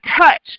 touch